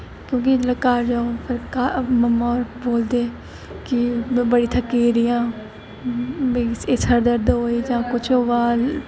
क्योंकि जेल्लै घर मम्मा होर बोलदे कि में बड़ी थ'क्की गेदी आं सरदर्द होआ दी जां कुछ होआ दा